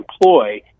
employ